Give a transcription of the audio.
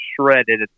shredded